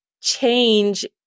change